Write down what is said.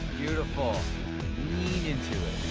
beautiful. lean into it.